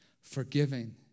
Forgiving